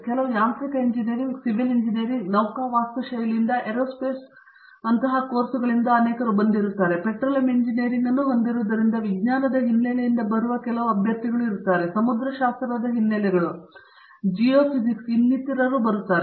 ಕೆಲವು ಯಾಂತ್ರಿಕ engineering civil engineering ನೌಕಾ ವಾಸ್ತುಶೈಲಿಯಿಂದ ಏರೋಸ್ಪೇಸ್ ಮತ್ತು ಕೋರ್ಸ್ಗಳಿಂದ ಅನೇಕವು ನಾವು ಪೆಟ್ರೋಲಿಯಂ ಇಂಜಿನಿಯರಿಂಗ್ ಅನ್ನು ಹೊಂದಿರುವುದರಿಂದ ವಿಜ್ಞಾನ ಹಿನ್ನೆಲೆಯಿಂದ ಬರುವ ಕೆಲವು ಅಭ್ಯರ್ಥಿಗಳು ಸಮುದ್ರಶಾಸ್ತ್ರದ ಹಿನ್ನೆಲೆಗಳು ಜಿಯೋಫಿಸಿಕ್ಸ್ ಮತ್ತು ಇನ್ನಿತರರು ಇವೆ